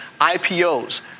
IPOs